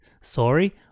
Sorry